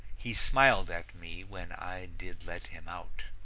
he smiled at me when i did let him out.